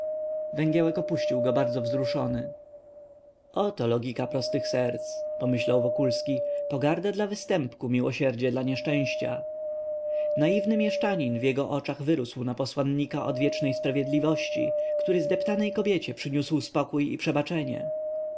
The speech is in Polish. węgiełek opuścił go bardzo wzruszony oto logika prostych serc pomyślał wokulski pogarda dla występku miłosierdzie dla nieszczęścia naiwny mieszczanin w jego oczach wyrósł na posłannika odwiecznej sprawiedliwości który zdeptanej kobiecie przyniósł spokój i przebaczenie